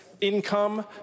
Income